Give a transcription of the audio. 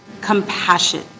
compassion